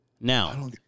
Now